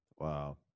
Wow